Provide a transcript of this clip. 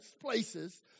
places